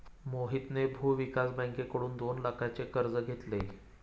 मोहितने भूविकास बँकेकडून दोन लाखांचे कर्ज घेतले